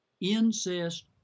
incest